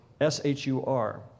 S-H-U-R